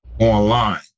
online